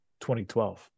2012